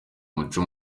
umuco